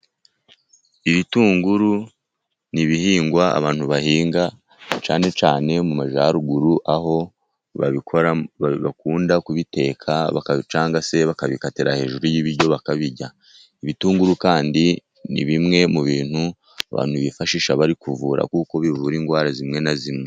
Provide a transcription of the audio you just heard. Ibitunguru ni ibihingwa abantu bahinga cyane cyane mu Majyaruguru, aho babikora, bakunda kubiteka cyangwa se bakabikatira hejuru y'ibiryo bakabirya. Ibitunguru kandi ni bimwe mu bintu abantu bifashisha bari kuvura, kuko bivura indwara zimwe na zimwe.